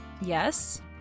Yes